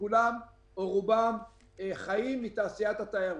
כולם או רובם חיים מתעשיית התיירות.